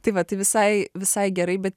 tai vat tai visai visai gerai bet